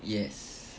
yes